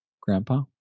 grandpa